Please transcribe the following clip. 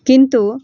किन्तु